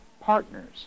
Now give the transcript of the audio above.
partners